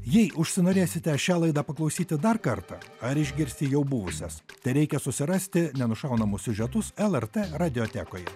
jei užsinorėsite šią laidą paklausyti dar kartą ar išgirsti jau buvusias tereikia susirasti nenušaunamus siužetus lrt radiotechnikoj